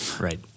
right